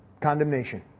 condemnation